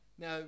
Now